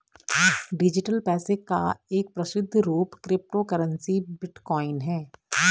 digital पैसे का एक प्रसिद्ध रूप क्रिप्टो करेंसी बिटकॉइन है